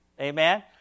Amen